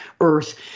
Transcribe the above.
earth